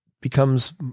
becomes